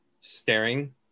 staring